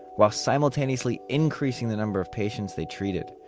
while simultaneously increasing the number of patients they treated.